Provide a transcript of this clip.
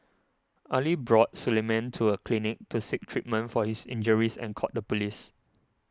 Ali brought Suleiman to a clinic to seek treatment for his injuries and called the police